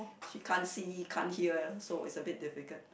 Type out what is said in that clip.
she can't see can't hear so it's a bit difficult